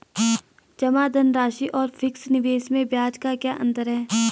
जमा धनराशि और फिक्स निवेश में ब्याज का क्या अंतर है?